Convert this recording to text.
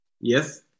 Yes